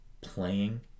playing